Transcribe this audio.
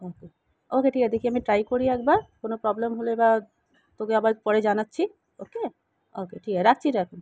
ওকে okay ঠিক আছে দেখি আমি ট্রাই করি একবার কোনো প্রবলেম হলে বা তোকে আবার পরে জানাচ্ছি ওকে ওকে ঠিক আছে রাখছি রে এখন